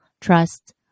trust